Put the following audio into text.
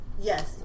Yes